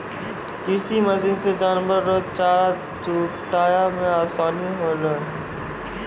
कृषि मशीन से जानवर रो चारा जुटाय मे आसानी होलै